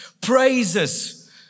Praises